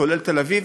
כולל תל-אביב,